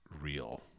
real